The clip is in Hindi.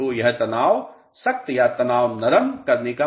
तो यह तनाव सख्त या तनाव नरम करने का मामला है